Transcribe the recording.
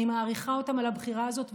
אני מעריכה אותם על הבחירה הזאת,